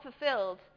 fulfilled